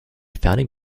founding